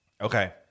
okay